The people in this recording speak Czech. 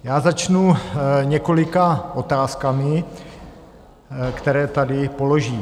Já začnu několika otázkami, které tady položím.